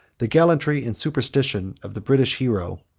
the gallantry and superstition of the british hero,